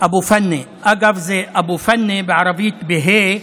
אבו פאני, אגב, זה אבו פאנה בערבית, בה"א,